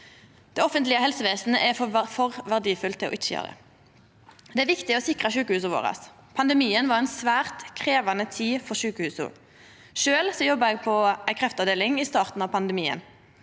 Det offentlege helsevesenet er for verdifullt til ikkje å gjera det. Det er viktig å sikra sjukehusa våre. Pandemien var ei svært krevjande tid for sjukehusa. Sjølv jobba eg på ei kreftavdeling i starten av pandemien.